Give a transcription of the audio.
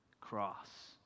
cross